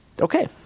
Okay